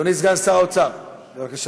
אדוני סגן שר האוצר, בבקשה.